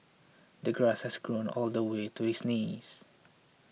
the grass has grown all the way to his knees